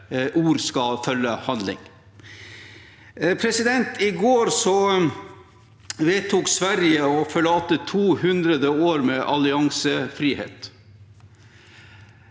om at ord skal følge handling. I går vedtok Sverige å forlate 200 år med alliansefrihet.